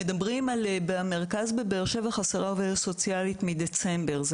במרכז בבאר-שבע חסרה עובדת סוציאלית מדצמבר,